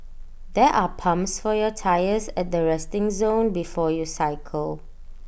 there are pumps for your tyres at the resting zone before you cycle